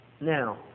Now